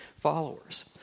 followers